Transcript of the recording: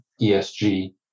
ESG